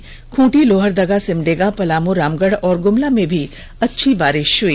वहीं खूंटी लोहरदगा सिमडेगा पलाम रामगढ़ और ग्मला में भी अच्छी बारिष हई